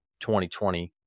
2020